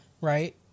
right